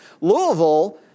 Louisville